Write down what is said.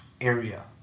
area